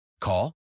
Call